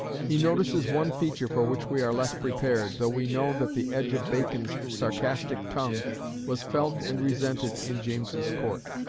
he notices one feature for which we are less prepared, though we know that the edge of bacon's sarcastic tongue was felt and resented in james's court.